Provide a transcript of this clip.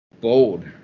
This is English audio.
Bold